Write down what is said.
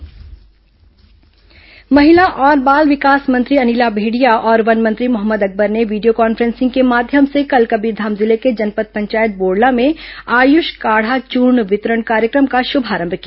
आयुष काढा महिला और बाल विकास मंत्री अनिला भेंडिया और वन मंत्री मोहम्मद अकबर ने वीडियो कॉन्फ्रेंसिंग के माध्यम से कल कबीरधाम जिले के जनपद पंचायत बोड़ला में आयुष काढ़ा चूर्ण वितरण कार्यक्रम का श्भारंभ किया